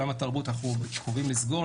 עולם התרבות אנחנו קרובים לסגור,